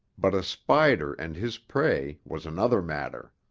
but a spider and his prey was another matter.